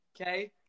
Okay